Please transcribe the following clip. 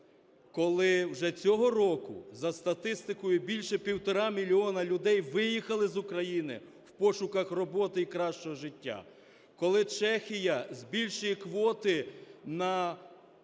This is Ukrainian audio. коли вже цього року, за статисткою, більше півтора мільйони людей виїхали з України в пошуках роботи і кращого життя? Коли Чехія збільшує квоти на